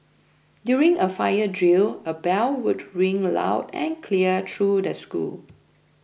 during a fire drill a bell would ring loud and clear through the school